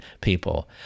people